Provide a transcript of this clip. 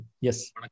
yes